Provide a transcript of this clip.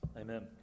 Amen